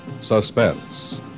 suspense